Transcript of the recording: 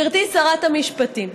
גברתי שרת המשפטים,